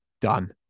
done